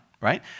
right